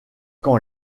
quand